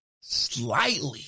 slightly